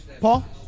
Paul